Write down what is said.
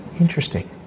Interesting